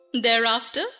Thereafter